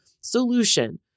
solution